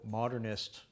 modernist